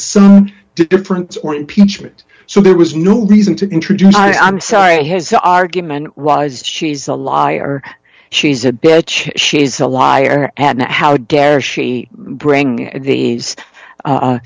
some difference or impeachment so there was no reason to introduce i'm sorry his argument was she's a liar she's a bitch she's a liar and how dare she bring these